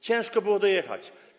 Ciężko było dojechać.